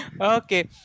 Okay